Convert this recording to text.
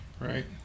Right